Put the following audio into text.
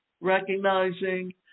recognizing